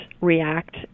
react